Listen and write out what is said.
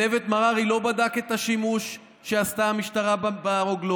צוות מררי לא בדק את השימוש שעשתה המשטרה ברוגלות,